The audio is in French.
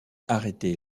arrêtée